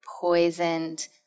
poisoned